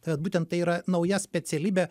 būtent tai yra nauja specialybė